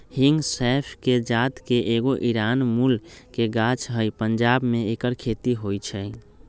हिंग सौफ़ कें जात के एगो ईरानी मूल के गाछ हइ पंजाब में ऐकर खेती होई छै